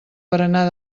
berenar